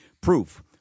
Proof